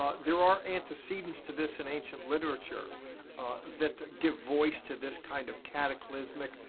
ah there are antecedents to this in ancient literature that give voice to this kind of cataclysmic,